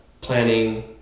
planning